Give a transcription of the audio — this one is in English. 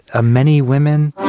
ah many women.